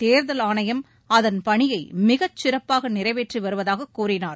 தேர்தல் ஆணையம் அதன் பணியை மிகச்சிறப்பாக நிறைவேற்றி வருவதாகக் கூறினார்